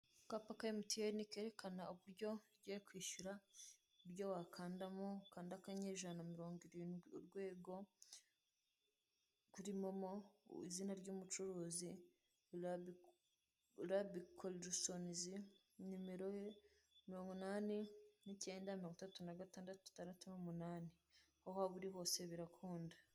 Akapa ka Emutiyeni kerekana uburyo ugiye kwishyura, uburyo wakandamo, ukanda akanyenyeri ijana na mirongo irindwi urwego, kuri momo izina ry'umucuruzi Rabukodisonizi, numero ye ni mirongo inani n'icyenda, mirongo itandatu na gatandatu itandatu n'umunani. Aho waba uri hose birakunda.